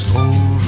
over